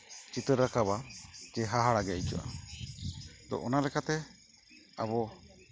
ᱪᱤᱛᱟᱹᱨ ᱟᱸᱠᱟᱣᱟ ᱡᱮ ᱦᱟᱦᱟᱲᱟᱜ ᱜᱮ ᱟᱹᱭᱠᱟᱹᱜᱼᱟ ᱛᱳ ᱚᱱᱟ ᱞᱮᱠᱟᱛᱮ ᱟᱵᱚ